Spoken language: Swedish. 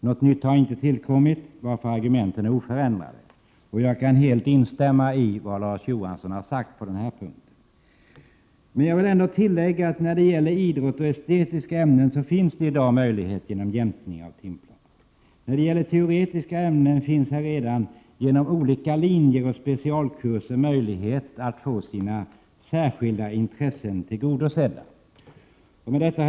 Något nytt har inte tillkommit, varför argumenten är oförändrade, och jag kan helt instämma i vad Larz Johansson har sagt på den punkten. Men jag vill ändå tillägga att det i fråga om idrott och estetiska ämnen i dag finns möjlighet till jämkning av timplanen. När det gäller teoretiska ämnen finns redan genom olika linjer och specialkurser möjligheter för eleverna att få sina särskilda intressen tillgodosedda. Herr talman!